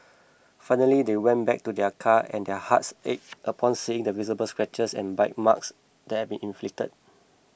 finally they went back to their car and their hearts ached upon seeing the visible scratches and bite marks that had been inflicted